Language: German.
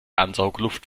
ansaugluft